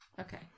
Okay